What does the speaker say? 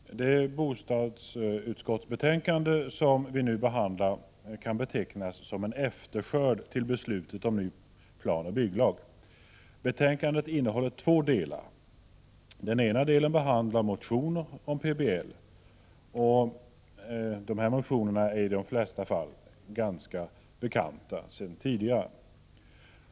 Herr talman! Det bostadsutskottsbetänkande som vi nu behandlar kan betecknas som en efterskörd till beslutet om ny planoch bygglag. Betänkandet innehåller två delar. Den ena delen behandlar motioner om PBL. De är i de flesta fall ganska bekanta sedan tidigare.